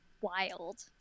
wild